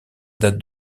date